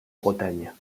bretagne